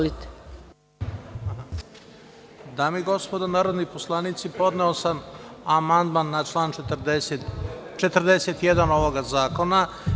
Dame i gospodo narodni poslanici, podneo sam amandman na član 41. ovoga zakona.